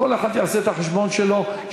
כל אחד יעשה את החשבון שלו,